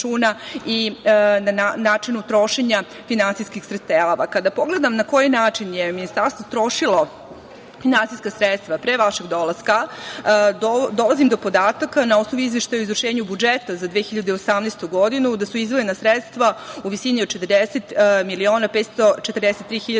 i o načinu trošenja finansijskih sredstava. Kada pogledam na koji način je ministarstvo trošilo finansijska sredstva pre vašeg dolaska dolazim do podataka, na osnovu Izveštaja o izvršenju budžeta za 2018. godinu, da su izdvojena sredstva u visini od 40